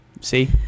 see